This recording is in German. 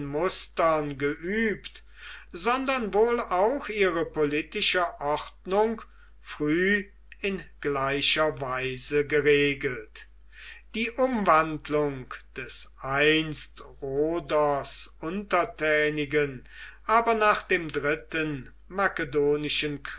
mustern geübt sondern wohl auch ihre politische ordnung früh in gleicher weise geregelt die umwandlung des einst rhodos untertänigen aber nach dem dritten makedonischen